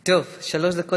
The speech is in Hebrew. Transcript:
טוב, שלוש דקות.